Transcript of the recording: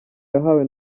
yahawe